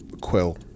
quill